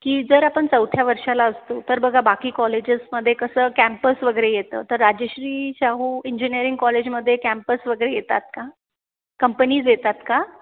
की जर आपण चौथ्या वर्षाला असतो तर बघा बाकी कॉलेजेसमध्ये कसं कॅम्पस वगैरे येतं तर राजेश्री शाहू इंजिनीअरिंग कॉलेजमध्ये कॅम्पस वगैरे येतात का कंपनीज येतात का